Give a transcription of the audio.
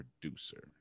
producer